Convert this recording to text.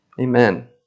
Amen